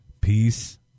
peace